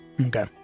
Okay